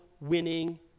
winning